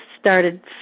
started